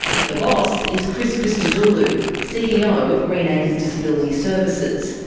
the boss is chris christodoulou, ceo of greenacres disability services.